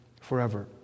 forever